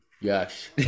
Yes